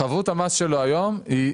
חבות המס שלו היום היא